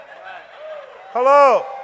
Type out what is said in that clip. Hello